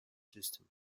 system